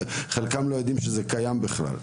וחלקם אפילו לא יודעים שזה קיים בכלל.